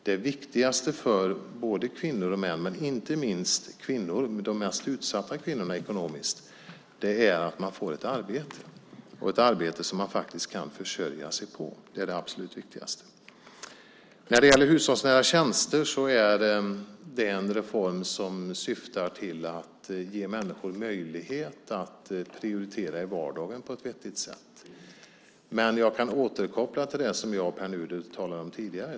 Det viktigaste för både kvinnor och män, men inte minst för de ekonomiskt mest utsatta kvinnorna, är att man får ett arbete och ett arbete som man kan försörja sig på. Det är det absolut viktigaste. Hushållsnära tjänster är en reform som syftar till att ge människor möjlighet att prioritera i vardagen på ett vettigt sätt. Jag kan återkoppla till det som jag och Pär Nuder talade om tidigare.